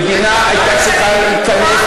המדינה הייתה צריכה להיכנס,